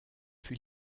fut